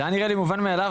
זה היה נראה לי מובן מאליו,